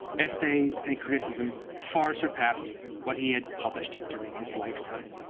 essays, and criticism far surpassed what he had published during his lifetime.